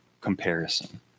comparison